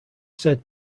said